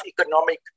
economic